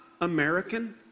American